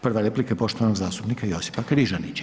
Prva replika je poštovanog zastupnika Josipa Križanića.